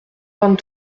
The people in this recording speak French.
vingt